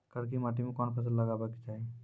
करकी माटी मे कोन फ़सल लगाबै के चाही?